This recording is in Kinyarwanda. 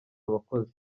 abakozi